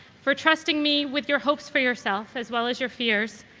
for trusting me with your hopes for yourself, as well as your fears,